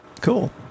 Cool